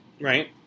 Right